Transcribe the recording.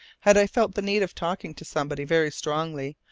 had i felt the need of talking to somebody very strongly,